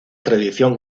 tradición